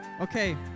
okay